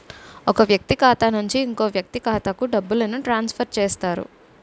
ఒక వ్యక్తి ఖాతా నుంచి ఇంకో వ్యక్తి ఖాతాకు డబ్బులను ట్రాన్స్ఫర్ చేస్తారు